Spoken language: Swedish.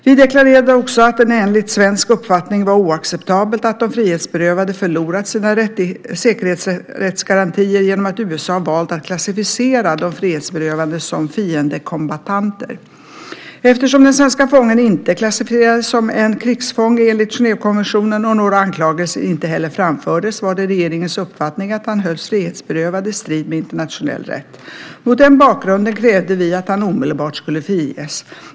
Vi deklarerade också att det enligt svensk uppfattning var oacceptabelt att de frihetsberövade förlorat sina rättssäkerhetsgarantier genom att USA valt att klassificera de frihetsberövade som "fiendekombattanter". Eftersom den svenske fången inte klassificerades som en krigsfånge enligt Genèvekonventionen och några anklagelser inte heller framfördes var det regeringens uppfattning att han hölls frihetsberövad i strid med internationell rätt. Mot den bakgrunden krävde vi att han omedelbart skulle friges.